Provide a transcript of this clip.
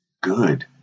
good